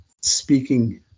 speaking